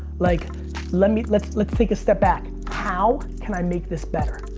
like let me, let's let's take a step back. how can i make this better?